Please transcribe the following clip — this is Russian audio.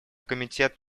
комитет